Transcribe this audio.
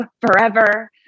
forever